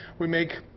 we make